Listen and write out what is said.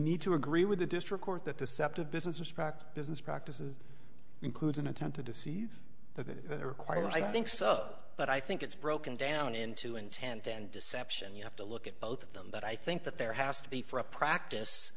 need to agree with the district court that deceptive business practice business practices includes an intent to deceive that requires i think so but i think it's broken down into intent and deception you have to look at both of them but i think that there has to be for a practice